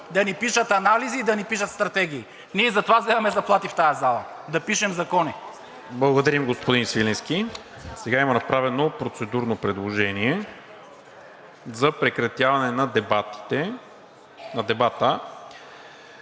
да ни пишат анализи и да ни пишат стратегии. Ние затова вземаме заплати в тази зала – да пишем закони. ПРЕДСЕДАТЕЛ НИКОЛА МИНЧЕВ: Благодарим, господин Свиленски. Сега има направено процедурно предложение за прекратяване на дебата.